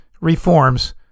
reforms